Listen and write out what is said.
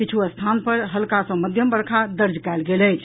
किछु स्थान पर हल्का सँ मध्यम वर्षा दर्ज कयल गेल अछि